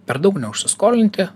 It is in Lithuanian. per daug neužsiskolinti